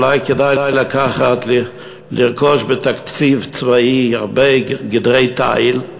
אולי כדאי לרכוש בתקציב צבאי הרבה גדרי תיל,